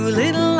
little